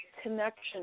connection